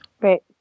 Right